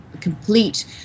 complete